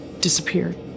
disappeared